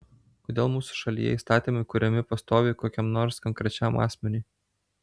kodėl mūsų šalyje įstatymai kuriami pastoviai kokiam nors konkrečiam asmeniui